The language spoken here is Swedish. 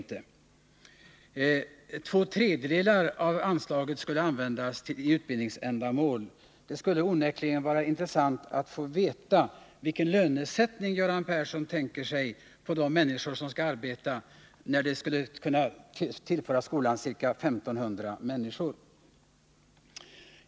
Två tredjedelar av anslaget skulle användas till utbildningsändamål. Det skulle onekligen vara intressant att få veta vilken lönesättning Göran Persson tänker sig för dessa människor då anslaget skulle vara tillräckligt för att kunna tillföra skolan 1500 människor.